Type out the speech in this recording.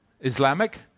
Islamic